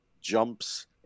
jumps